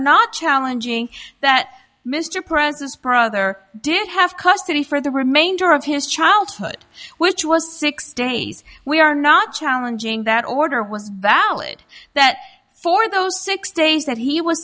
not challenging that mr president brother did have custody for the remainder of his childhood which was six days we are not challenging that order was valid that for those six days that he was